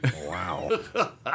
Wow